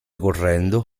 correndo